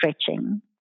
stretching